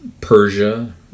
Persia